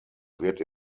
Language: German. wird